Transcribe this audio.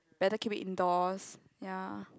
better keep it indoors ya